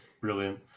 brilliant